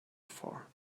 far